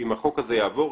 אם החוק הזה יעבור,